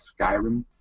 Skyrim